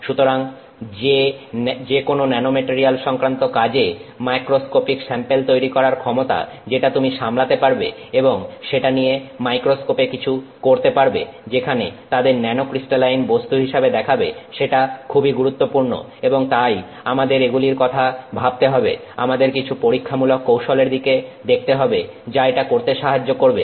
সুতরাং যে কোন ন্যানোমেটারিয়াল সংক্রান্ত কাজে ম্যাক্রোস্কোপিক স্যাম্পেল তৈরি করার ক্ষমতা যেটা তুমি সামলাতে পারবে এবং সেটা নিয়ে মাইক্রোস্কোপ এ কিছু করতে পারবে যেখানে তাদের ন্যানোক্রিস্টালাইন বস্তু হিসেবে দেখাবে সেটা খুবই গুরুত্বপূর্ণ এবং তাই আমাদের এগুলির কথা ভাবতে হবে আমাদের কিছু পরীক্ষামূলক কৌশলের দিকে দেখতে হবে যা এটা করতে সাহায্য করবে